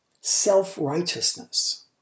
self-righteousness